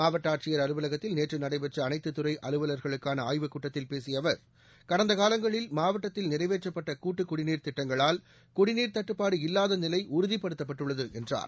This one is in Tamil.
மாவட்ட ஆட்சியர் அலுவலகத்தில் நேற்று நடைபெற்ற அனைத்துத் துறை அலுவல்களுக்கான ஆய்வுக் கூட்டத்தில் பேசிய அவர் கடந்த காலங்களில் மாவட்டத்தில் நிறைவேற்றப்பட்ட கூட்டு குடிநீர் திட்டங்களால் குடிநீர் தட்டுப்பாடு இல்லாத நிலை உறுதிபடுத்தப்பட்டுள்ளது என்றார்